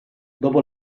dopo